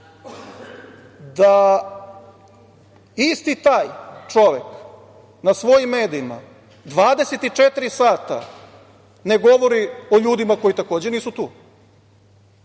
da isti taj čovek na svojim medijima 24 sata ne govori o ljudima koji, takođe, nisu